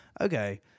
okay